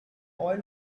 oil